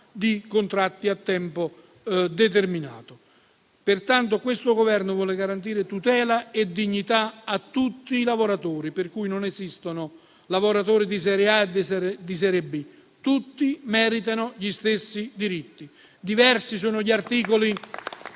di contratti a tempo determinato. Questo Governo vuole garantire tutela e dignità a tutti i lavoratori, per cui non esistono lavoratori di serie A e di serie B: tutti meritano gli stessi diritti. Diversi sono gli articoli